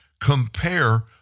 Compare